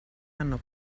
hanno